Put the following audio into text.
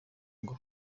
ngo